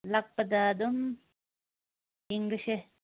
ꯂꯥꯛꯄꯗ ꯑꯗꯨꯝ ꯌꯦꯡꯂꯁꯦ